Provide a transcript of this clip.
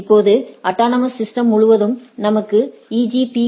இப்போது autonomous systems முழுவதும் நமக்கு ஈபி